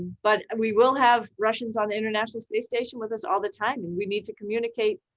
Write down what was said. but and we will have russians on international space station with us all the time and we need to communicate.